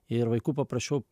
ir vaikų paprašiau